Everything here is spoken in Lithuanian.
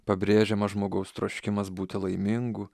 pabrėžiamas žmogaus troškimas būti laimingu